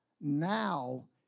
now